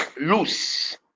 loose